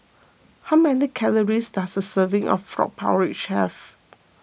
how many calories does a serving of Frog Porridge have